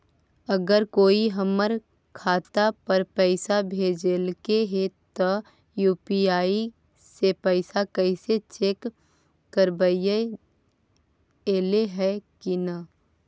अगर कोइ हमर खाता पर पैसा भेजलके हे त यु.पी.आई से पैसबा कैसे चेक करबइ ऐले हे कि न?